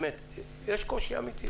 יש קושי אמיתי,